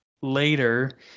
later